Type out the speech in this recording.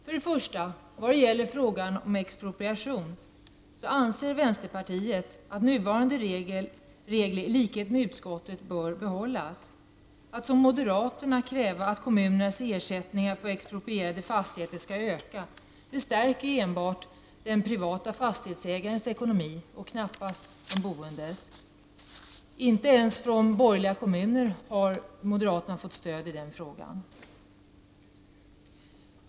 För det första anser vi, i likhet med utskottsmajoriteten, att nuvarande regler för expropriation bör bibehållas. Att, som moderaterna kräver, öka kommunernas ersättning för exproprierade fastigheter skulle enbart stärka den privata fastighetsägarens ekonomi och knappast de boendes. Inte ens av borgerligt styrda kommuner har moderaterna fått stöd i denna fråga.